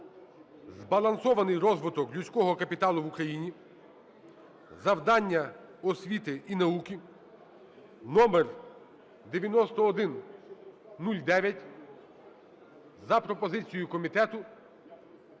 "Збалансований розвиток людського капіталу в Україні: завдання освіти і науки" (№ 9109) за пропозицією комітету